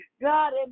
God